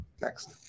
Next